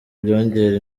byongera